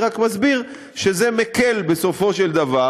אני רק מסביר שזה מקל בסופו של דבר.